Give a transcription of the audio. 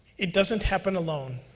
it doesn't happen alone,